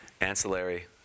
ancillary